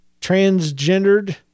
transgendered